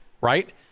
Right